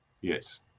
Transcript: Yes